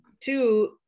two